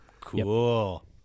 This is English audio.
Cool